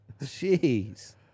Jeez